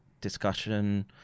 discussion